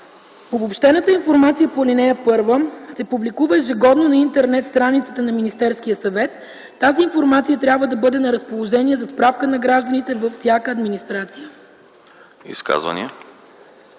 Обобщената информация по ал. 1 се публикува ежегодно на интернет страницата на Министерския съвет. Тази информация трябва да бъде на разположение за справка на гражданите във всяка администрация”.”